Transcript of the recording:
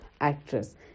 actress